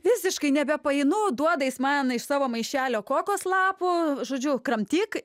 visiškai nebepaeinu duoda jis man iš savo maišelio kokos lapų žodžiu kramtyk